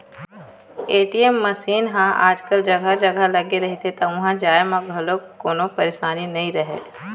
ATM machine ह आजकल जघा जघा लगे रहिथे त उहाँ जाए म घलोक कोनो परसानी नइ रहय